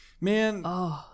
man